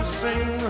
sing